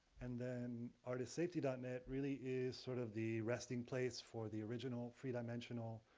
and then, artistsafety dot net really is sort of the resting place for the original freedimensional